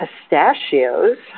pistachios